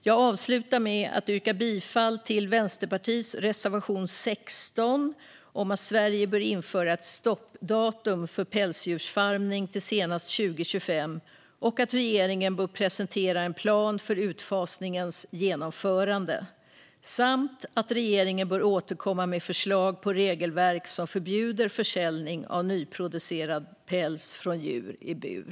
Jag avslutar med att yrka bifall till Vänsterpartiets reservation 16 om att Sverige bör införa ett stoppdatum för pälsdjursfarmning till senast år 2025 och att regeringen bör presentera en plan för utfasningens genomförande samt att regeringen bör återkomma med förslag på regelverk som förbjuder försäljning av nyproducerad päls från djur i bur.